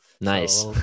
nice